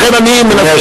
לכן אני מנסה,